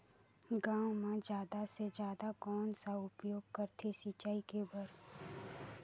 गांव म जादा से जादा कौन कर उपयोग करथे सिंचाई करे बर?